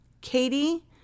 Katie